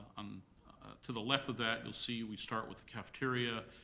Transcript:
um to the left of that, you'll see we start with the cafeteria,